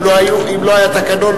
אם לא היה תקנון,